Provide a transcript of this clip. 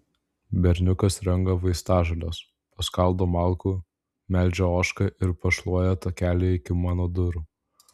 berniukas renka vaistažoles paskaldo malkų melžia ožką ir pašluoja takelį iki mano durų